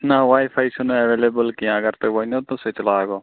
نَہ wifi چھُنہٕ available کیٚنٛہہ اگر تُہۍ ؤنِو تہٕ سُہ تہِ لاگَو